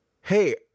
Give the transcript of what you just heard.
Hey